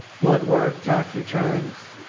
blood work, tax returns.